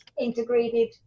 Integrated